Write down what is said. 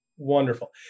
Wonderful